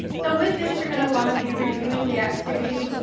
so with this, you're going to want to be reviewing the activity,